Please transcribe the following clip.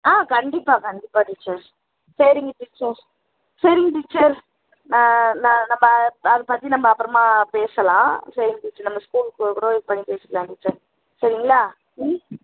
ஆ கண்டிப்பாக கண்டிப்பாக டீச்சர் சரிங்க டீச்சர் சரிங்க டீச்சர் ஆ நான் நம்ம அதை அதைப் பற்றி நம்ம அப்புறமா பேசலாம் சரிங்க டீச்சர் நம்ம ஸ்கூலுக்கு போகக்குள்ளக்கூட இதைப் பற்றி பேசிக்கலாம் டீச்சர் சரிங்களா ம்